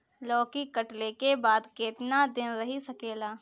लौकी कटले के बाद केतना दिन रही सकेला?